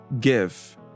Give